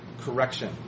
correction